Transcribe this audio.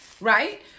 right